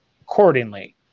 accordingly